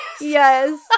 Yes